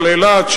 על אילת,